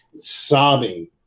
sobbing